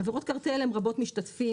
עבירות קרטל הן רבות משתתפים,